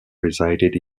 resided